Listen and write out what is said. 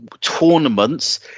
tournaments